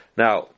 now